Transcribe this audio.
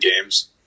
games